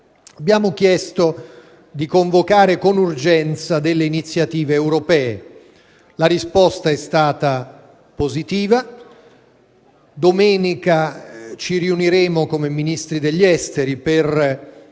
Abbiamo chiesto di convocare con urgenza delle iniziative europee. La risposta è stata positiva. Domenica ci riuniremo come Ministri degli esteri per